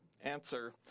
Answer